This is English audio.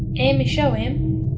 amy, show him.